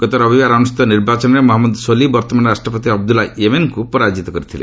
ଗତ ରବିବାର ଅନୁଷ୍ଠିତ ନିର୍ବାଚନରେ ମହଞ୍ଜଦ ସୋଲି ବର୍ତ୍ତମାନର ରାଷ୍ଟ୍ରପତି ଅବଦୁଲ୍ଲା ୟେମେନଙ୍କୁ ପରାଜିତ କରିଛନ୍ତି